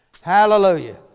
Hallelujah